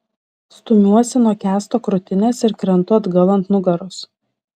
stumiuosi nuo kęsto krūtinės ir krentu atgal ant nugaros